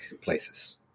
places